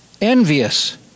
envious